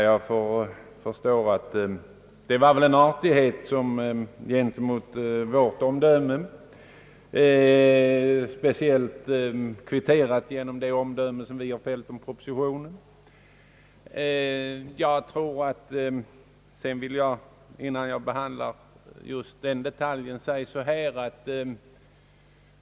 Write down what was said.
Jag förstår ju att det var en artighet med hänsyn till vårt omdöme om propositionen, som han så att säga kvitterade.